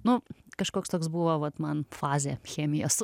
nu kažkoks toks buvo vat man fazė chemijos